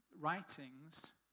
writings